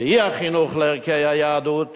ואי-החינוך לערכי היהדות